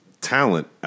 talent